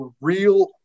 real